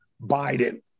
Biden